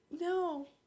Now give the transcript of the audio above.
No